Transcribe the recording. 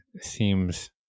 seems